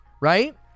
right